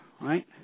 right